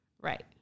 Right